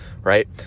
right